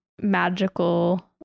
magical